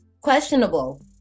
Questionable